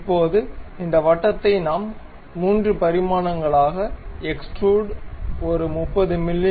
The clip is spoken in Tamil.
இப்போது இந்த வட்டத்தை நாம் 3 பரிமாணங்களிலாக எக்ஸ்டுரூட் ஒரு 30 மி